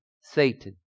Satan